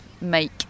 make